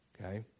Okay